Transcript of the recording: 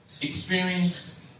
experience